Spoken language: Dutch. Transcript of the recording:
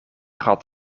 had